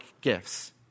gifts